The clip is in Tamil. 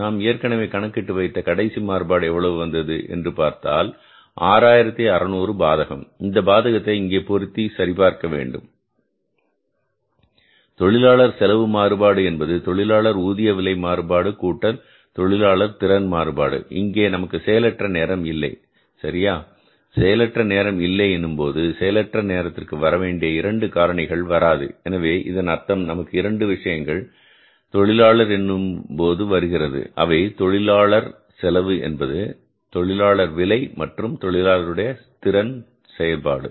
நாம் ஏற்கனவே கணக்கிட்டு வைத்த கடைசி மாறுபாடு எவ்வளவு வந்தது என்று பார்த்தால் 6600 பாதகம் இந்த பாதகத்தை இங்கே பொருத்தி சரி பார்க்க வேண்டும் தொழிலாளர் செலவு மாறுபாடு என்பது தொழிலாளர் ஊதிய விலை மாறுபாடு கூட்டல் தொழிலாளர் திறன் மாறுபாடு இங்கே நமக்கு செயலற்ற நேரம் இல்லை சரியா செயலற்ற நேரம் இல்லை என்னும்போது செயலற்ற நேரத்திற்கு வரவேண்டிய இரண்டு காரணிகள் வராது எனவே இதன் அர்த்தம் நமக்கு இரண்டு விஷயங்கள் தொழிலாளர்கள் எனும்போது வருகிறது அவை தொழிலாளர் செலவு என்பது தொழிலாளர் விலை மற்றும் தொழிலாளர் திறனுடைய செயல்பாடு